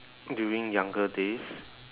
during younger days